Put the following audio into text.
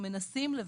מה זאת אומרת?